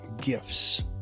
gifts